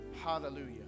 Hallelujah